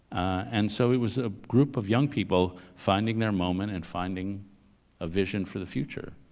and so it was a group of young people, finding their moment and finding a vision for the future.